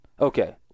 Okay